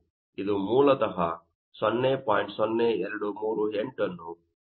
ಇದು ಮೂಲತ 0